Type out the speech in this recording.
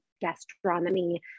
gastronomy